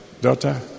Daughter